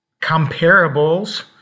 Comparables